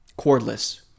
cordless